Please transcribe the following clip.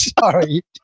Sorry